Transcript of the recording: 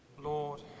Lord